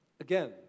Again